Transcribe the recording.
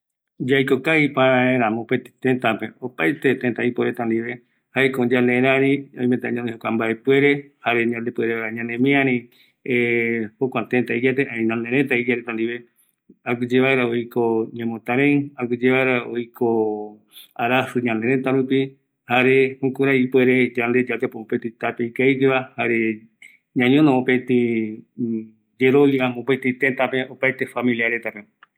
﻿Yaikokavi vaera mopetie tëtäpe, opaete tëta ipo retra ndive, jaeko yanderari oimetra ñanoi jokua mbaepuere jare yande puere vaera ñanemiari jokua tëra iya reta ndie, ani ñanereta iya reta ndie aguiye vaera oiko ñemortarei, aguiye vaera oiko arasi ñanereta rupi, jare jukurai ipuere yande yayapo tape ikavigueva jare ñañono mopeti yerovia, mopeti tëtape opaete familia retape